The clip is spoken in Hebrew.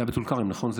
זה היה בטול כרם, נכון?